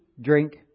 drink